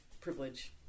privilege